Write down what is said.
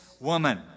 woman